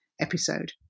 episode